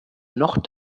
noch